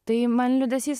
tai man liūdesys